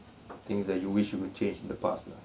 things that you wish you could change the past lah